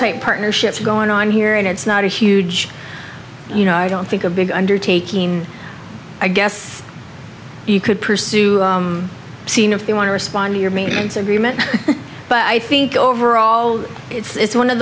private partnerships going on here and it's not a huge you know i don't think a big undertaking i guess you could pursue scene if they want to respond to your maintenance agreement but i think overall it's one of